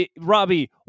Robbie